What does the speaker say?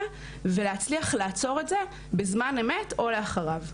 ולהצליח לעצור את זה בזמן אמת או לאחריו.